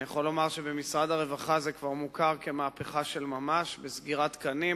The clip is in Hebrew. אני יכול לומר שבמשרד הרווחה זה כבר מוכר כמהפכה של ממש בתקנים,